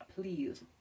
please